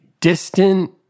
distant